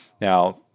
Now